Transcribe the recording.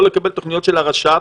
לא לקבל תוכניות של הרש"פ,